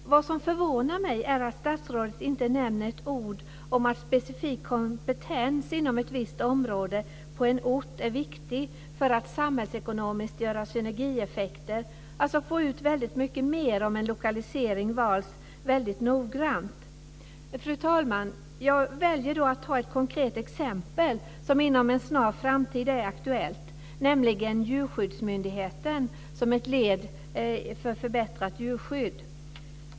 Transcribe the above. Vad som förvånar mig är att statsrådet inte nämner ett ord om att specifik kompetens inom ett visst område på en ort är viktig för att samhällsekonomiskt få synergieffekter. Man får alltså ut väldigt mycket mer om en lokalisering valts noggrant. Jag väljer att ta ett konkret exempel som inom en snar framtid är aktuellt, nämligen djurskyddsmyndigheten som ett led i förbättrat djurskydd.